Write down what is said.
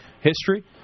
history